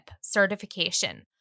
certification